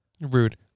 rude